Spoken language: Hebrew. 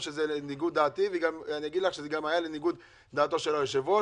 למרות שזה בניגוד לדעתי ואגיד לך שזה גם היה בניגוד לדעתו של היושב-ראש.